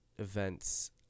Events